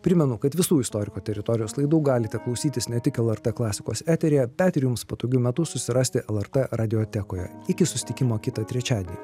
primenu kad visų istorikų teritorijos laidų galite klausytis ne tik lrt klasikos eteryje bet ir jums patogiu metu susirasti lrt radiotekoje iki susitikimo kitą trečiadienį